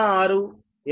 89 0